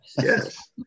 Yes